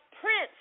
Prince